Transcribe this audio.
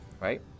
right